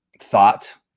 thought